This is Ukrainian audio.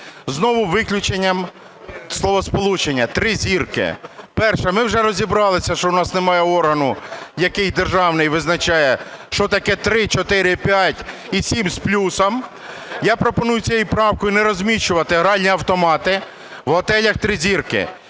знову виключенням словосполучення "три зірки". Перше, ми вже розібралися, що у нас немає органу, який державний і визначає, що таке три, чотири, п'ять і сім з плюсом. Я пропоную цією правкою не розміщувати гральні автомати в готелях "три зірки".